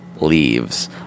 leaves